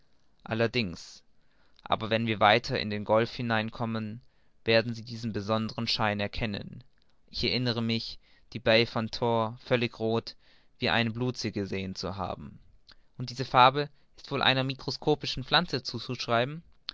allerdings aber wenn wir weiter in den golf hinein kommen werden sie diesen besonderen schein erkennen ich erinnere mich die bai von tor völlig roth wie einen blutsee gesehen zu haben und diese farbe ist wohl einer mikroskopischen pflanze zuzuschreiben